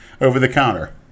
over-the-counter